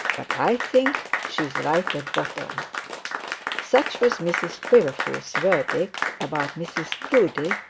but i think she's right at bottom such was mrs quiverful's verdict about mrs proudie,